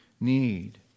need